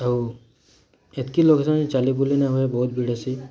ଆଉ ଏତିକି ଲୋକ ଯେ ଚାଲି ବୁଲି ନ ହୁଏ ବହୁତ୍ ଭିଡ଼୍ ହେସି